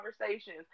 conversations